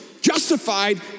justified